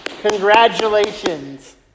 Congratulations